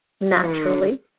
naturally